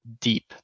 deep